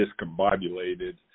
discombobulated